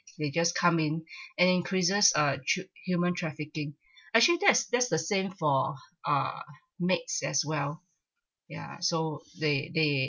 they just come in and increases uh tr~ human trafficking actually that's it that's the same for ah maids as well ya so they they